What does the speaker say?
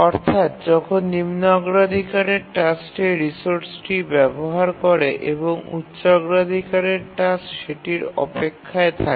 অর্থাৎ যখন নিম্ন অগ্রাধিকারের টাস্কটি রিসোর্সটি ব্যবহার করে এবং উচ্চ অগ্রাধিকারের টাস্ক সেটির অপেক্ষায় থাকে